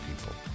people